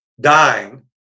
dying